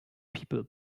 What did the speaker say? people